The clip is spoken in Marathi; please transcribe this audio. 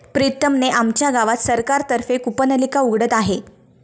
प्रीतम ने आमच्या गावात सरकार तर्फे कूपनलिका उघडत आहे